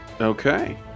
Okay